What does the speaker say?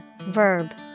Verb